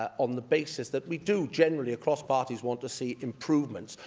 on the basis that we do, generally, across parties want to see improvements?